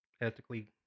ethically